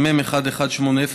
מ/1180,